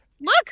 look